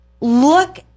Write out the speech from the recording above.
look